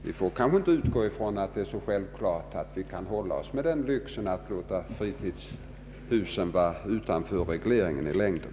Vi får inte utgå ifrån att det är självklart att vi kan hålla oss med lyxen att låta fritidshusen vara utanför regleringen i längden.